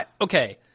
Okay